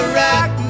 rock